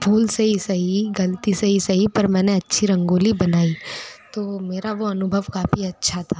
भूल से ही सही गलती से ही सही पर मैंने अच्छी रंगोली बनाई तो मेरा वह अनुभव काफ़ी अच्छा था